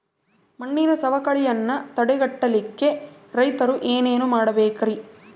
ಮಣ್ಣಿನ ಸವಕಳಿಯನ್ನ ತಡೆಗಟ್ಟಲಿಕ್ಕೆ ರೈತರು ಏನೇನು ಮಾಡಬೇಕರಿ?